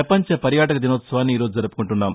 ప్రపంచ పర్యాటక దినోత్సవాన్ని ఈరోజు జరుపుకుంటున్నాం